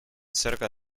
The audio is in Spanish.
cerca